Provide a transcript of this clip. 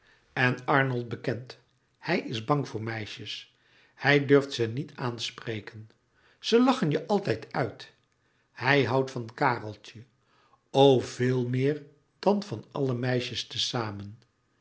en arnold bekent hij is bang voor meisjes hij durft ze niet aanspreken ze lachen je altijd uit hij houdt van kareltje o veel meer dan van alle meisjes te zamen